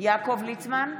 יעקב ליצמן,